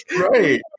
Right